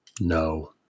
No